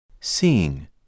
Seeing